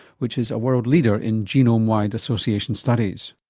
which is a world leader in genome-wide association studies.